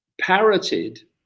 parroted